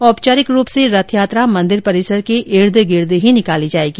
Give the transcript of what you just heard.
औपचारिक रूप से रथयात्रा मंदिर परिसर के इर्द गिर्द ही निकाली जाएगी